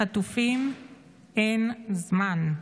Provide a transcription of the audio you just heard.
לחטופים אין זמן.